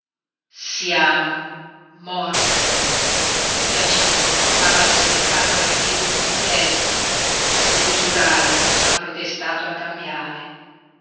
siamo morte giacinto ha falsificato la firma di ester e l'usuraia ha protestato la cambiale